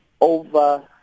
over